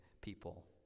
people